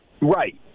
Right